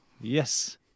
Yes